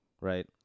Right